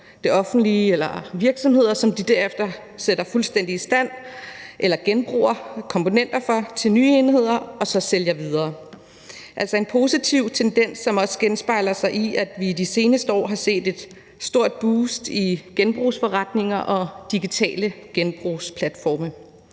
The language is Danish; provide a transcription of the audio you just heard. det offentlige eller virksomheder, som de derefter sætter fuldstændig i stand eller genbruger komponenter fra til nye enheder og så sælger videre. Der er altså en positiv tendens, som også genspejler sig i, at vi i de seneste år har set et stort boost i antallet af genbrugsforretninger og digitale genbrugsplatforme.